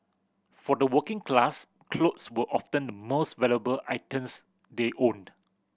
for the working class clothes were often the most valuable they owned